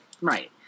Right